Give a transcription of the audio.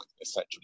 essentially